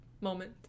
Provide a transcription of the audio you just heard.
moment